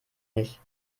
nicht